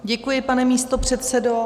Děkuji, pane místopředsedo.